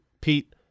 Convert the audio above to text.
Pete